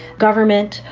government,